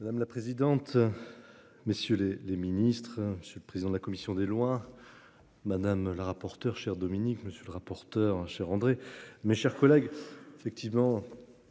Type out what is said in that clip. Madame la présidente. Messieurs les les ministres ce président de la commission des lois. Madame la rapporteure chers Dominique monsieur le rapporteur. André, mes chers collègues. Effectivement.